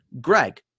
Greg